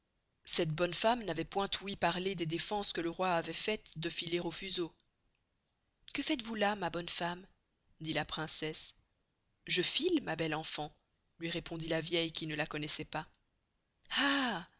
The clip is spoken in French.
cette bonne femme n'avoit point ouï parler des deffenses que le roi avoit faites de filer au fuseau que faites-vous là ma bonne femme dit la princesse je file ma belle enfant luy répondit la vieille qui ne la connoissoit pas